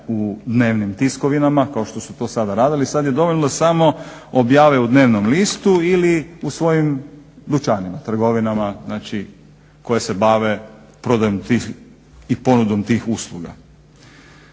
u dnevnim tiskovinama kao što su to sada radili. Sad je dovoljno samo objave u dnevnom listu ili u svojim dućanima, trgovinama znači koje se bave prodajom tih i ponudom tih usluga.